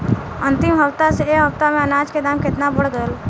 अंतिम हफ्ता से ए हफ्ता मे अनाज के दाम केतना बढ़ गएल?